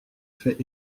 fait